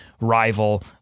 rival